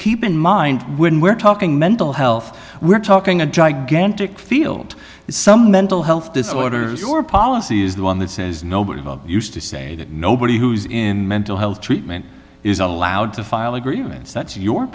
keep in mind when we're talking mental health we're talking a gigantic field some mental health disorders or policy is the one that says nobody used to say that nobody who's in mental health treatment is allowed to file a grievance that's your